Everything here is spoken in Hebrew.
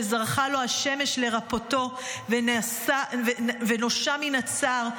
"שזרחה לו השמש לרפאו ונושע מן הצער,